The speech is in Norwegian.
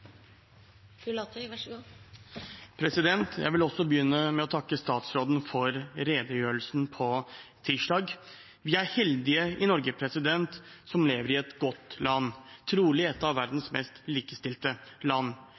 Jeg vil også begynne med å takke statsråden for redegjørelsen på tirsdag. Vi er heldige i Norge som lever i et godt land – trolig et av verdens mest likestilte.